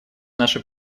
нашу